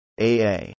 AA